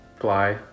fly